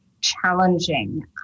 challenging